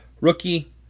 Rookie